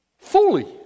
Fully